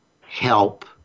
help